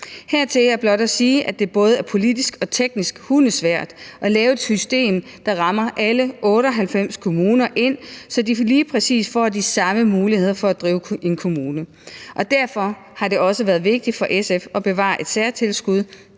Hertil er blot at sige, at det både er politisk og teknisk hundesvært at lave et system, der rammer alle 98 kommuner ind, så de lige præcis får de samme muligheder for at drive en kommune, og derfor har det også været vigtigt for SF at bevare et særtilskud